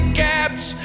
gaps